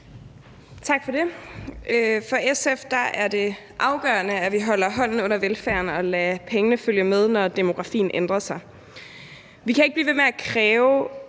Tak for det. For SF er det afgørende, at vi holder hånden under velfærden og lader pengene følge med, når demografien ændrer sig. Vi kan ikke blive ved med at kræve,